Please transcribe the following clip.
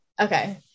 Okay